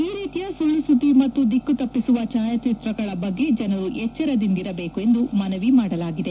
ಈ ರೀತಿಯ ಸುಳ್ಳು ಸುದ್ದಿ ಮತ್ತು ದಿಕ್ಕು ತಪ್ಪಿಸುವ ಛಾಯಾಚಿತ್ರಗಳ ಬಗ್ಗೆ ಜನರು ಎಚ್ವರದಿಂದಿರಬೇಕು ಎಂದು ಮನವಿ ಮಾಡಲಾಗಿದೆ